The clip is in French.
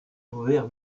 ouvert